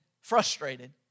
frustrated